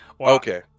okay